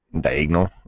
diagonal